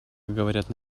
говорят